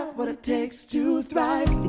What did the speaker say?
what it takes to thrive.